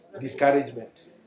Discouragement